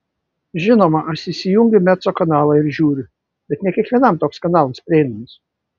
žinoma aš įsijungiu mezzo kanalą ir žiūriu bet ne kiekvienam toks kanalas prieinamas